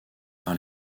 par